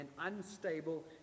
unstable